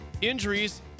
Injuries